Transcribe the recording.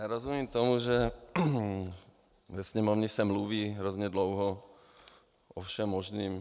Rozumím tomu, že ve Sněmovně se mluví hrozně dlouho o všem možném.